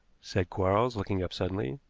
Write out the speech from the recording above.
said quarles, looking up suddenly.